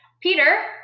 peter